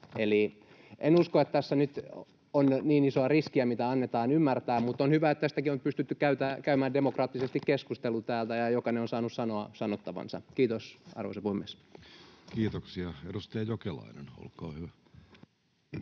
Eli en usko, että tässä nyt on niin isoa riskiä kuin mitä annetaan ymmärtää, mutta on hyvä, että tästäkin on pystytty käymään demokraattisesti keskustelu täällä ja jokainen on saanut sanoa sanottavansa. — Kiitos, arvoisa puhemies. [Speech 206] Speaker: Jussi